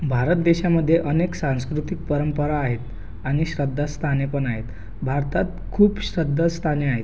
भारत देशामध्ये अनेक सांस्कृतिक परंपरा आहेत आणि श्रद्धास्थाने पण आहेत भारतात खूप श्रद्धास्थाने आहेत